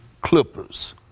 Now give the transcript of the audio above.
Clippers